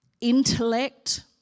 intellect